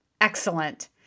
Excellent